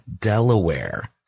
Delaware